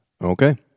Okay